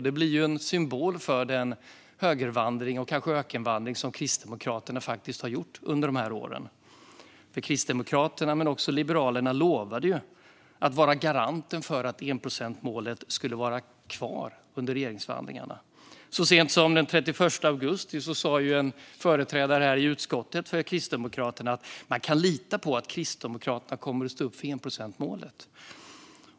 Detta blir en symbol för den högervandring och kanske ökenvandring som Kristdemokraterna faktiskt har gjort under dessa år. Kristdemokraterna men också Liberalerna lovade att vara garanten för att enprocentsmålet skulle vara kvar under regeringsförhandlingarna. Så sent som den 31 augusti sa en företrädare för Kristdemokraterna i utskottet att man kan lita på att Kristdemokraterna kommer att stå upp för enprocentsmålet.